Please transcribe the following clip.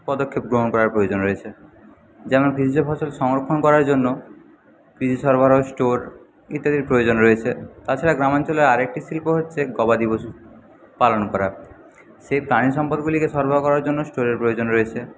পদক্ষেপ গ্রহণ করার প্রয়োজন রয়েছে যেমন কৃষিজ ফসল সংরক্ষণ করার জন্য কৃষি সরবরাহ স্টোর ইত্যাদির প্রয়োজন রয়েছে তাছাড়া গ্রামাঞ্চলে আর একটি শিল্প হচ্ছে গবাদি পশু পালন করা সেই প্রাণী সম্পদগুলিকে সরবরাহ করার জন্য স্টোরের প্রয়োজন রয়েছে